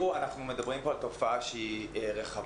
אנחנו מדברים פה על תופעה רחבה,